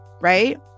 right